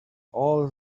all